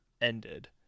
ended